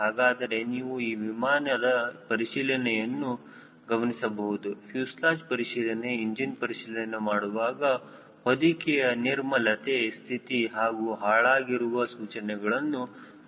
ಹಾಗಾದರೆ ನೀವು ಈ ವಿಮಾನದ ಪರಿಶೀಲನೆಯನ್ನು ಗಮನಿಸಬಹುದು ಫ್ಯೂಸೆಲಾಜ್ ಪರಿಶೀಲನೆ ಇಂಜಿನ್ ಪರಿಶೀಲನೆ ಮಾಡುವಾಗ ಹೊದಕೆಯ ನಿರ್ಮಲತೆ ಸ್ಥಿತಿ ಮತ್ತು ಹಾಳಾಗಿರುವ ಸೂಚನೆಗಳನ್ನು ನೋಡಬೇಕಾಗುತ್ತದೆ